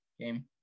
game